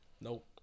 Nope